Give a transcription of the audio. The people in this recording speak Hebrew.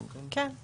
כן.